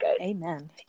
Amen